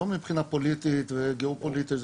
לא מבחינה פוליטית וגיאופוליטית.